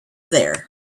there